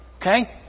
Okay